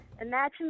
Imagine